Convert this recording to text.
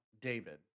David